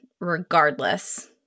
regardless